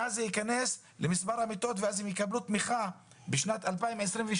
ואז זה ייכנס למספר המיטות ואז הם יקבלו תמיכה בשנת 2022,